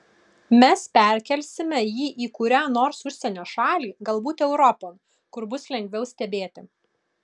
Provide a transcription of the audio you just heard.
mes perkelsime jį į kurią nors užsienio šalį galbūt europon kur bus lengviau stebėti